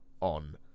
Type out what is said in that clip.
on